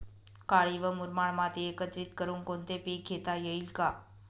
काळी व मुरमाड माती एकत्रित करुन कोणते पीक घेता येईल का?